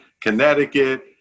Connecticut